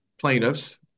plaintiffs